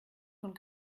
von